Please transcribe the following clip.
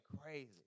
crazy